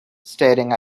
staring